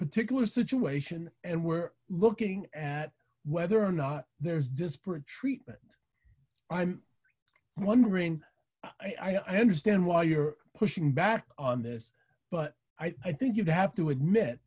particular situation and we're looking at whether or not there's disparate treatment i'm wondering i understand why you're pushing back on this but i think you'd have to